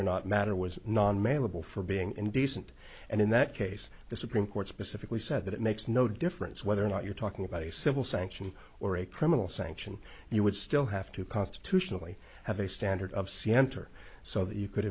or not matter was non mailable for being indecent and in that case the supreme court specifically said that it makes no difference whether or not you're talking about a civil sanction or a criminal sanction you would still have to constitutionally have a standard of c enter so that you could